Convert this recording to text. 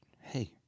hey